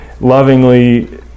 lovingly